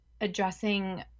addressing